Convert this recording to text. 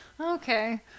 Okay